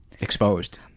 exposed